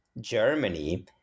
Germany